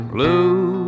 Blue